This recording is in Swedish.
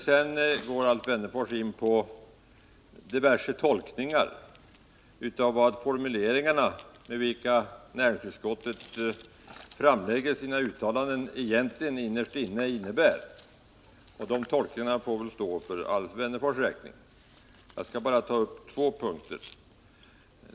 Sedan går Alf Wennerfors in på diverse tolkningar av vad formuleringarna i näringsutskottets uttalanden innerst inne innebär. De tolkningarna får väl stå för Alf Wennerfors räkning. Jag skall bara ta upp två punkter.